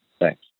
Thanks